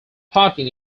parking